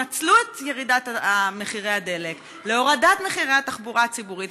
נצלו את ירידת מחירי הדלק להורדת מחירי התחבורה הציבורית,